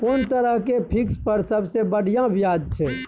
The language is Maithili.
कोन तरह के फिक्स पर सबसे बढ़िया ब्याज छै?